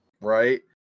right